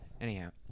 anyhow